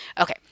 Okay